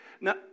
Now